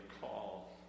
call